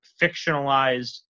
fictionalized